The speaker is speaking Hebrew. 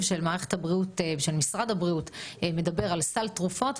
של משרד הבריאות מדבר על סל תרופות,